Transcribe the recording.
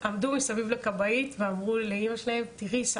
עמדו מסביב לכבאית ואמרו לאמא שלהם תראי,